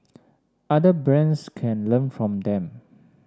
other brands can learn from them